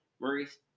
Maurice